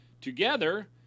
Together